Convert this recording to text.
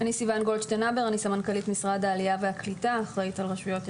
ואני סמנכ"לית משרד העלייה והקליטה ואחראית על רשויות,